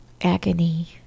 agony